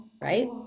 right